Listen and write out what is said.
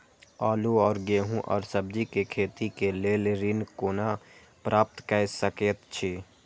आलू और गेहूं और सब्जी के खेती के लेल ऋण कोना प्राप्त कय सकेत छी?